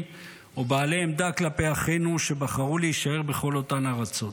או בעלי עמדה כלפי אחינו שבחרו להישאר בכל אותן הארצות.